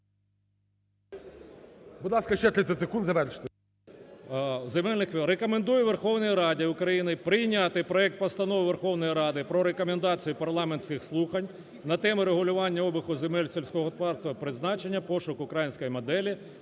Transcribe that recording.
Рекомендую Верховній Раді України прийняти проект Постанови Верховної Ради про рекомендації парламентських слухань на тему: "Регулювання обігу земель сільськогосподарського призначення: пошук української моделі"